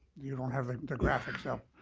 you don't have the graphics up.